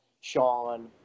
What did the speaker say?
sean